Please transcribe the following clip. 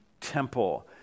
temple